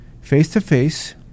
face-to-face